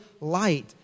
light